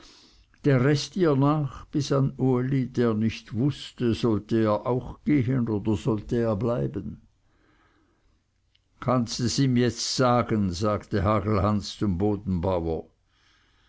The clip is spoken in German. der rest ihr nach bis an uli der nicht wußte sollte er auch gehen oder sollte er bleiben kannst es ihm jetzt sagen sagte hagelhans zum